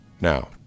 Now